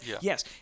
yes